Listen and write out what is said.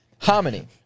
Hominy